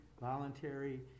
voluntary